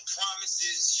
promises